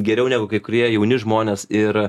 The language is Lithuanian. geriau negu kai kurie jauni žmonės ir